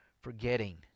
forgetting